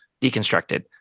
deconstructed